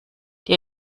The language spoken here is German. die